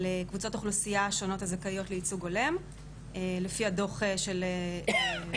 על קבוצות האוכלוסייה השונות הזכאיות לייצוג הולם לפי הדוח של הגיוון